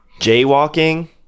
jaywalking